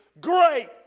great